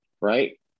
right